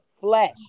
flesh